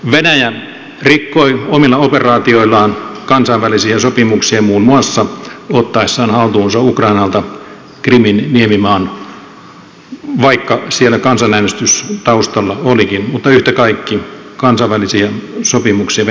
venäjä rikkoi omilla operaatioillaan kansainvälisiä sopimuksia muun muassa ottaessaan haltuunsa ukrainalta krimin niemimaan vaikka siellä kansanäänestys taustalla olikin mutta yhtä kaikki kansainvälisiä sopimuksia venäjä rikkoi